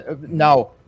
Now